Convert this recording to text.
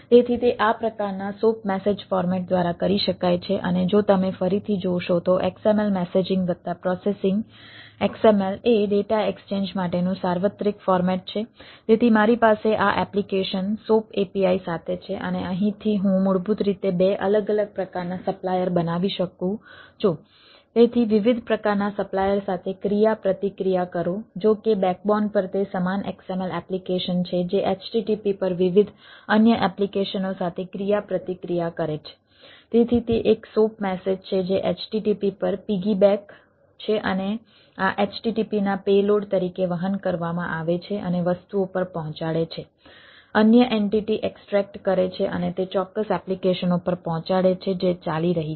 તેથી તે આ પ્રકારના સોપ મેસેજ ફોર્મેટ કરે છે અને તે ચોક્કસ એપ્લિકેશનો પર પહોંચાડે છે જે ચાલી રહી છે